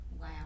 Wow